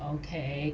okay